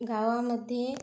गावामध्ये